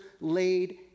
laid